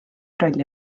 rolli